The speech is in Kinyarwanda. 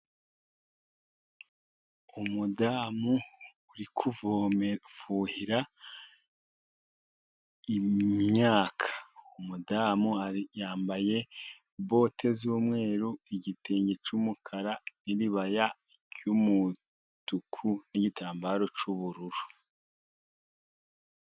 Umudamu uri kuvomera gufuhira imyaka. Umudamu yambaye bote z'umweru, igitenge cy'umukara, n'iribaya ry'umutuku, n'igitambaro cy'ubururu.